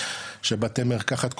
שבתי מרקחת קונים,